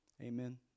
Amen